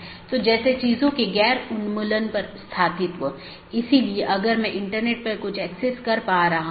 प्रत्येक AS के पास इष्टतम पथ खोजने का अपना तरीका है जो पथ विशेषताओं पर आधारित है